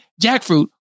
jackfruit